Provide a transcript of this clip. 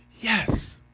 Yes